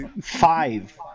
Five